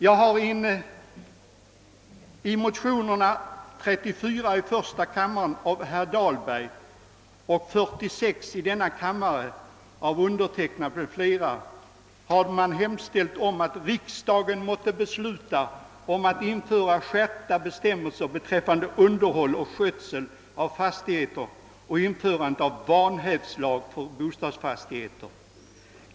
I de likalydande motionerna I:34 av herr Dahlberg m.fl. samt II:46 av mig själv m.fl. har hemställts, att riksdagen måtte besluta införa skärpta bestämmelser i fråga om fastigheters underhåll och skötsel och införande av vanhävdslag för bostadsfastigheter.